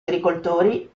agricoltori